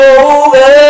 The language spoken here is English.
over